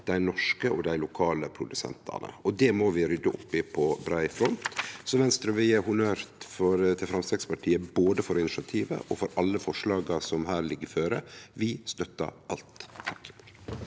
dei norske og dei lokale produsentane. Det må vi rydde opp i på brei front. Venstre vil gje honnør til Framstegspartiet både for initiativet og for alle forslaga som her ligg føre. Vi støttar alt.